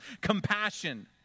compassion